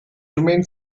remained